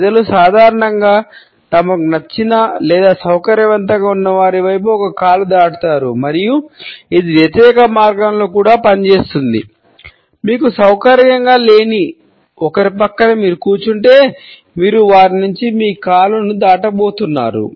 ప్రజలు సాధారణంగా తమకు నచ్చిన లేదా సౌకర్యవంతంగా ఉన్నవారి వైపు ఒక కాలు దాటుతారు మరియు ఇది వ్యతిరేక మార్గంలో కూడా పనిచేస్తుంది మీకు సౌకర్యంగా లేని ఒకరి పక్కన మీరు కూర్చుంటే మీరు వారి నుండి మీ కాలును దాటబోతున్నారు